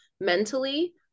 mentally